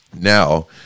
now